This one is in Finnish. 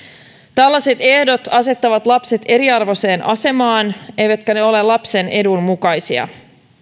tällaiset ehdot asettavat lapset eriarvoiseen asemaan eivätkä ne ole lapsen edun mukaisia